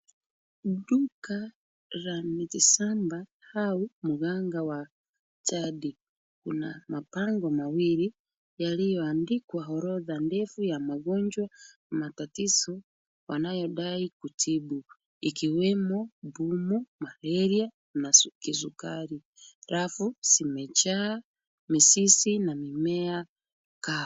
Duka la miti shamba au mganga wa jadi una mabango mawili yaliyoandikwa orodha ndefu ya magonjwa matatizo wanayodai kutibu ikiwemo pumu ,malaria na kisukari. Rafu zimejaa mizizi na mimea kafu.